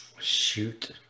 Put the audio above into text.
Shoot